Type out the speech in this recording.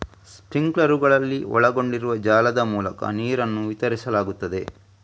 ಸ್ಪ್ರಿಂಕ್ಲರುಗಳಲ್ಲಿ ಒಳಗೊಂಡಿರುವ ಜಾಲದ ಮೂಲಕ ನೀರನ್ನು ವಿತರಿಸಲಾಗುತ್ತದೆ